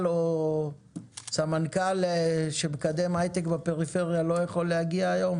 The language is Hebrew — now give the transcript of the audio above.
או סמנכ"ל של משרד הכלכלה יכול לבוא.